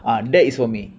ah that is for me